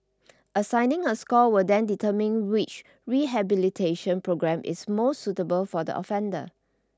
assigning a score will then determine which rehabilitation programme is most suitable for the offender